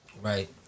Right